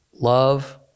love